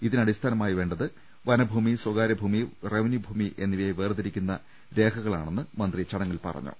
ഇതിനടിസ്ഥാനമായി വേണ്ടത് വനഭൂമി സ്വകാര്യഭൂമി റവന്യൂഭൂമി എന്നിവയെ വേർതിരിക്കുന്ന രേഖകളാണെന്നും മന്ത്രി ചടങ്ങിൽ പറഞ്ഞു